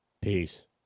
peace